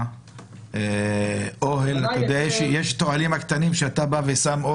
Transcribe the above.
יש אוהלים קטנים שאנשים שמים.